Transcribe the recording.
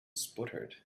sputtered